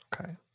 Okay